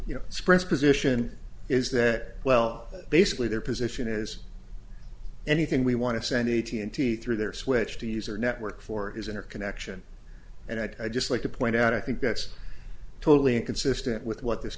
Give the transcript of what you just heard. you know express position is that well basically their position is anything we want to send eighteen thousand through their switch to use our network for his inner connection and i just like to point out i think that's totally inconsistent with what this